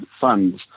funds